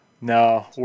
No